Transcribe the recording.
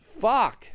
Fuck